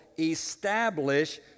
establish